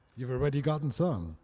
you've already gotten some.